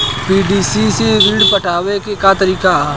PDC से ऋण पटावे के का तरीका ह?